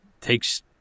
takes